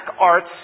arts